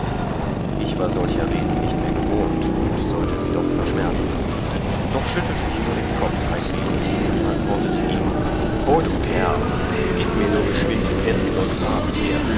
ich war solcher reden nicht mehr gewohnt und sollte sie doch verschmerzen doch schüttelte ich nur den kopf ein wenig und antwortete ihm o du kerl gib mir nur geschwind pensel und farben her